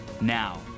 Now